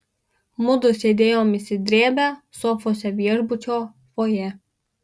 mudu sėdėjom išsidrėbę sofose viešbučio fojė